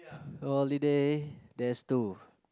holiday there's two